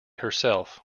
herself